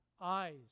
eyes